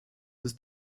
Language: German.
des